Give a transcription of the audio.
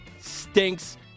stinks